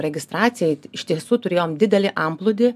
registracijai iš tiesų turėjom didelį antplūdį